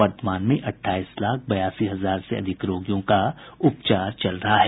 वर्तमान में अठाईस लाख बयासी हजार से अधिक रोगियों की उपचार चल रहा है